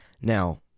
Now